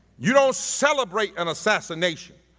you don't celebrate an assassination,